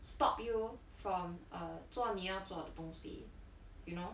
stop you from err 做你要做的东西 you know